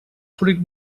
fruit